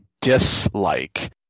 dislike